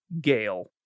Gale